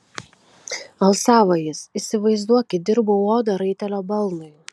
alsavo jis įsivaizduok įdirbau odą raitelio balnui